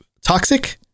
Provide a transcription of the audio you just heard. toxic